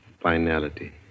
Finality